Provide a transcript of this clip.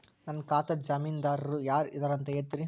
ನನ್ನ ಖಾತಾದ್ದ ಜಾಮೇನದಾರು ಯಾರ ಇದಾರಂತ್ ಹೇಳ್ತೇರಿ?